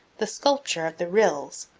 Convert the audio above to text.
the sculpture of the rills.